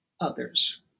others